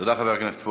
תודה, חבר הכנסת פורר.